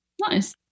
nice